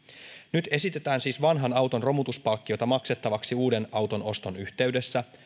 nyt esitetään siis vanhan auton romutuspalkkiota maksettavaksi uuden auton oston yhteydessä